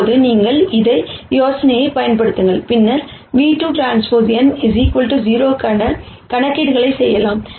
இப்போது நீங்கள் அதே யோசனையைப் பயன்படுத்தலாம் பின்னர் ν₂Tn 0 க்கான கணக்கீடுகளைச் செய்யலாம்